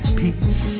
peace